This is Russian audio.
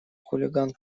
хулиган